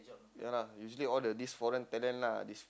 ya lah usually all the this foreign talent lah this